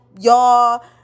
y'all